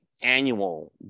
annual